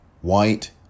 white